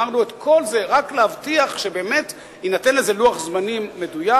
אמרנו את כל זה רק להבטיח שבאמת יינתן לזה לוח זמנים מדויק.